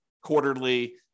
quarterly